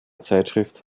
zeitschrift